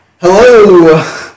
Hello